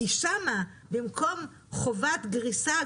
כי שם במקום חובת גריסה,